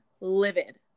livid